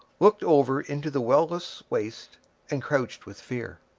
looked over into the well-less waste and crouched with fear.